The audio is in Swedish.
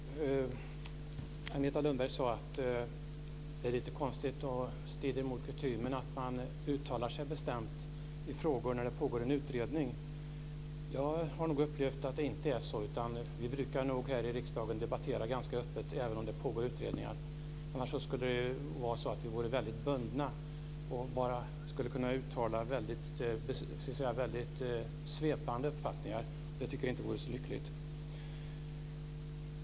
Fru talman! Agneta Lundberg sade att det är lite konstigt och strider mot kutymen att man uttalar sig bestämt i frågor när det pågår en utredning. Jag har nog upplevt att det inte är så. Vi brukar här i riksdagen debattera ganska öppet även om det pågår utredningar. Annars skulle vi vara väldigt bundna och skulle bara kunna uttala väldigt svepande uppfattningar. Det tycker jag inte vore så lyckligt.